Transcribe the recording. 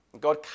God